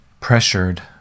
pressured